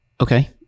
Okay